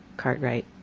cartwright.